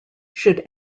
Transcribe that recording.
should